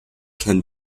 can